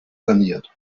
saniert